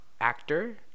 actor